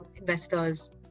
investors